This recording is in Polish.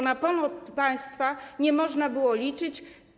Na pomoc od państwa nie możne było liczyć.